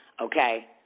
Okay